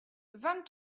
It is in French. vingt